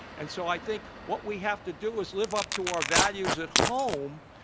and so i think what we have to do is live up to our values at home,